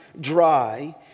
dry